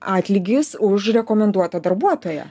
atlygis už rekomenduotą darbuotoją